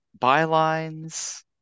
bylines